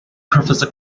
professor